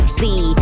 see